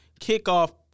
kickoff